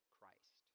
Christ